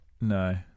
no